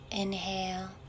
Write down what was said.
Inhale